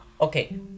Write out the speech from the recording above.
Okay